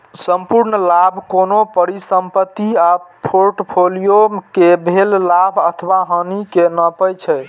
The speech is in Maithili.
संपूर्ण लाभ कोनो परिसंपत्ति आ फोर्टफोलियो कें भेल लाभ अथवा हानि कें नापै छै